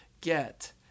get